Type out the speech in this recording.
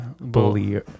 bully